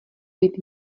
být